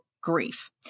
grief